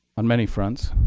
on many fronts.